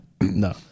no